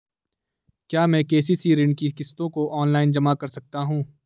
क्या मैं के.सी.सी ऋण की किश्तों को ऑनलाइन जमा कर सकता हूँ?